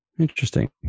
Interesting